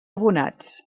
abonats